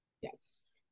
Yes